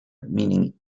meaning